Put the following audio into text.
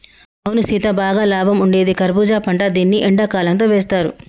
అవును సీత బాగా లాభం ఉండేది కర్బూజా పంట దీన్ని ఎండకాలంతో వేస్తారు